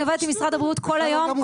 אני עובדת עם משרד הבריאות כל היום,